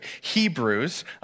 Hebrews